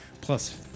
plus